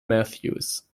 matthews